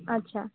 अच्छा